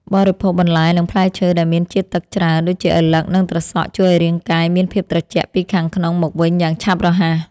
បរិភោគបន្លែនិងផ្លែឈើដែលមានជាតិទឹកច្រើនដូចជាឪឡឹកនិងត្រសក់ជួយឱ្យរាងកាយមានភាពត្រជាក់ពីខាងក្នុងមកវិញយ៉ាងឆាប់រហ័ស។